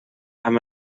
amb